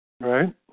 right